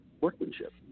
workmanship